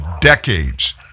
decades